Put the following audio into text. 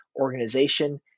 organization